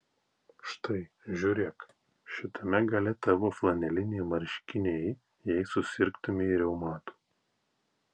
štai žiūrėk šitame gale tavo flaneliniai marškiniai jei susirgtumei reumatu